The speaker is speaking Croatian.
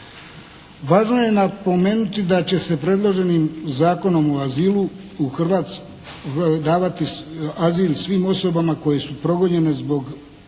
Važno je napomenuti da će se predloženim Zakonom o azilom u Hrvatskoj davati azil svim osobama koje su progonjene zbog